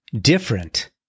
different